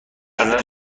نظر